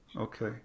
Okay